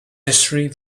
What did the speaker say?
history